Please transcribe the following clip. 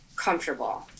comfortable